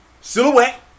Silhouette